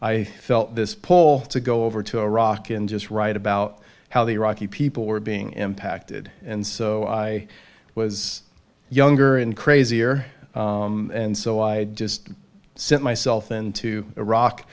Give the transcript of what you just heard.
i felt this pole to go over to iraq in just write about how the iraqi people were being impacted and so i was younger and crazier and so i just sit myself into iraq